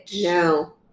no